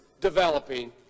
developing